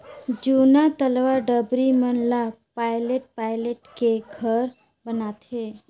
जूना तलवा डबरी मन ला पायट पायट के घर बनाथे